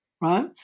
Right